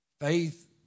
Faith